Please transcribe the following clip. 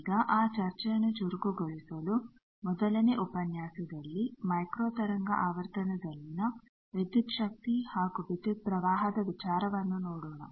ಈಗ ಆ ಚರ್ಚೆಯನ್ನು ಚುರುಕುಗೊಳಿಸಲು ಮೊದಲನೇ ಉಪನ್ಯಾಸವು ಮೈಕ್ರೋ ತರಂಗ ಆವರ್ತನದಲ್ಲಿನ ವಿದ್ಯುತ್ ಶಕ್ತಿ ಹಾಗೂ ವಿದ್ಯುತ್ ಪ್ರವಾಹದ ವಿಚಾರವನ್ನು ನೋಡೋಣ